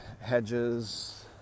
hedges